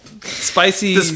spicy